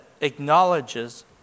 acknowledges